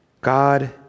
God